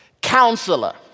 counselor